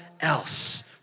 else